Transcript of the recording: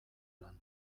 lan